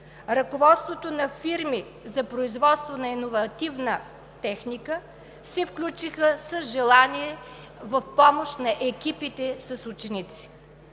ръководствата на фирми за производство на иновативна техника се включиха с желание в помощ на екипите с ученици.